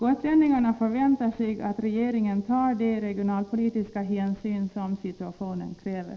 Gotlänningarna förväntar sig att regeringen tar de regionalpolitiska hänsyn som situationen kräver.